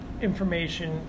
information